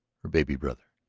her baby brother.